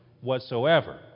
whatsoever